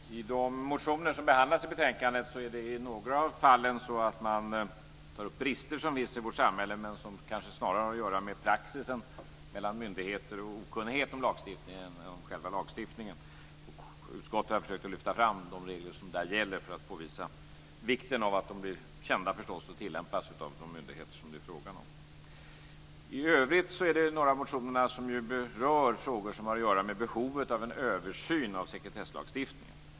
Herr talman! I de motioner som behandlas i betänkandet tas i några fall upp brister som finns i vårt samhälle, men som kanske snarare har att göra med praxis mellan myndigheter och okunnighet om lagstiftningen än om själva lagstiftningen. Utskottet har försökt lyfta fram de regler som gäller för att påvisa vikten av att de blir kända och tillämpas av de myndigheter som det är fråga om. I övrigt berör några av motionerna frågor som har att göra med behovet av en översyn av sekretesslagstiftningen.